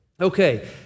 Okay